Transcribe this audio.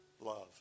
love